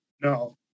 No